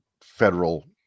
federal